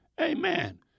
amen